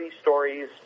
stories